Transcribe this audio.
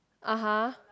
(uh huh)